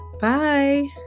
Bye